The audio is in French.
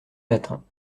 matins